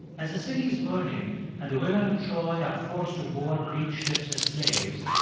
as the city is burning and the women of troy are forced to board greek ships as slaves,